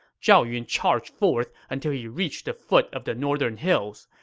zhao yun charged forth until he reached the foot of the northern hills.